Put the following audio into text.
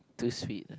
too sweet